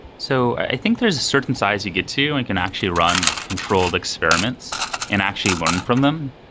so, i think there's a certain size you get to and can actually run like controlled experiments and actually learn from them.